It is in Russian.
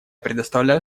предоставляю